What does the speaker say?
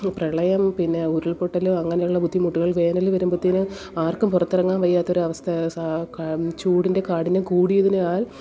പ്രളയം പിന്നെ ഉരുൾപൊട്ടൽ അങ്ങനെയുള്ള ബുദ്ധിമുട്ടുകൾ വേനൽ വരുമ്പത്തേക്ക് ആർക്കും പുറത്തിറങ്ങാൻ വയ്യാത്ത ഒരു അവസ്ഥ ചൂടിൻ്റെ കാഠിന്യം കൂടിയതിനാൽ